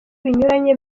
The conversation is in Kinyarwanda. binyuranye